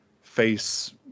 face